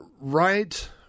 right